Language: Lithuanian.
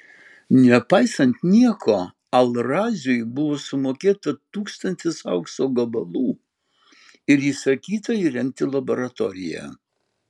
nepaisant nieko al raziui buvo sumokėta tūkstantis aukso gabalų ir įsakyta įrengti laboratoriją